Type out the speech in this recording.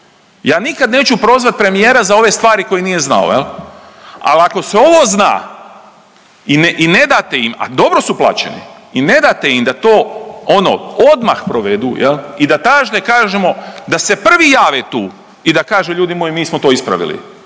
Ja nikad neću prozvat premijera za ove stvari koje nije znao, ali ako se ovo zna i ne date im a dobro su plaćeni i ne date im da to ono odmah provedu i da ta šta kažemo da se prvi jave tu i da kažu ljudi moji mi smo to ispravili,